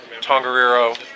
Tongariro